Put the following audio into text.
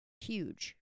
huge